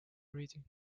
reading